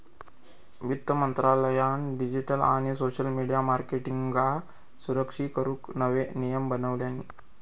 वित्त मंत्रालयान डिजीटल आणि सोशल मिडीया मार्केटींगका सुरक्षित करूक नवे नियम बनवल्यानी